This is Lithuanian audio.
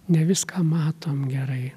ne viską matom gerai